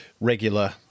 Regular